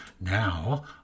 Now